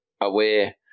aware